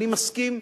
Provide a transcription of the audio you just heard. אני מסכים,